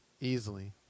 Easily